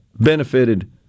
benefited